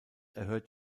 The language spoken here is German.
erhöht